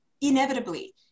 inevitably